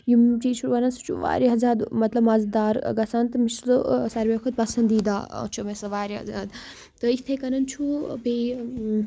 یِم چیٖز چھُ بَنان سُہ چھُ واریاہ زیادٕ مطلب مَزٕدار گژھان تہٕ مےٚ چھِ سُہ ساروِیو کھۄتہٕ پَسنٛدیٖدہ چھُ مےٚ سُہ واریاہ زیادٕ تہٕ یِتھَے کَٔنۍ چھُ بیٚیہِ